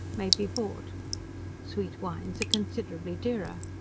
may be bought sweet wines are considerably dearer.